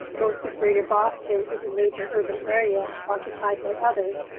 most of greater boston is a major urban area occupied by others.